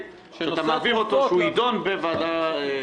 שאתה מעביר אותו והוא יידון בוועדה מסוימת.